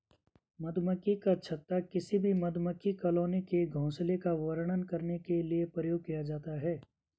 मधुमक्खी का छत्ता किसी भी मधुमक्खी कॉलोनी के घोंसले का वर्णन करने के लिए प्रयोग किया जाता है